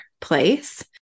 place